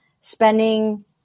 spending